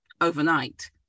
overnight